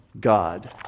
God